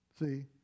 See